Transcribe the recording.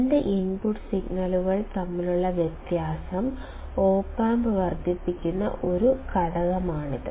രണ്ട് ഇൻപുട്ട് സിഗ്നലുകൾ തമ്മിലുള്ള വ്യത്യാസം ഒപ് ആമ്പ് വർദ്ധിപ്പിക്കുന്ന ഒരു ഘടകമാണിത്